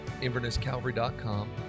InvernessCalvary.com